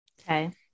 Okay